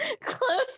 close